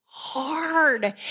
hard